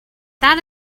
that